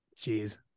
Jeez